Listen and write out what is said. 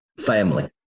family